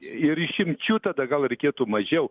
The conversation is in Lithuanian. ir išimčių tada gal reikėtų mažiau